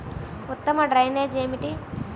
ఉత్తమ డ్రైనేజ్ ఏమిటి?